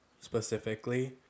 specifically